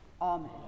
Amen